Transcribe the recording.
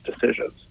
decisions